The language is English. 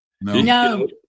No